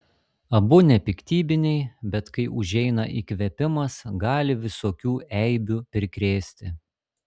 abu nepiktybiniai bet kai užeina įkvėpimas gali visokių eibių prikrėsti